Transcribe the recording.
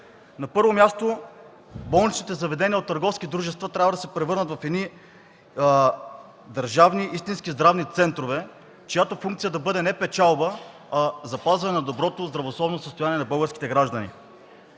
На първо място, болничните заведения от търговски дружества трябва да се превърнат в държавни, истински здравни центрове, чиято функция да бъде не печалба, а запазване на доброто здравословно състояние на българските граждани.